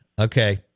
okay